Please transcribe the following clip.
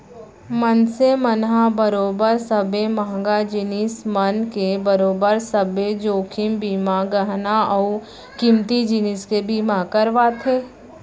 मनसे मन ह बरोबर सबे महंगा जिनिस मन के बरोबर सब्बे जोखिम बीमा म गहना अउ कीमती जिनिस के बीमा करवाथे